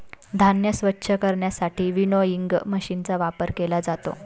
धान्य स्वच्छ करण्यासाठी विनोइंग मशीनचा वापर केला जातो